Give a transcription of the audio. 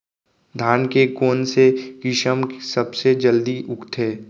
धान के कोन से किसम सबसे जलदी उगथे?